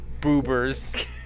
boobers